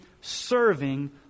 serving